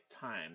time